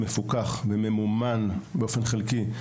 בהם יש פיקוח באופן מלא ומימון באופן חלקי.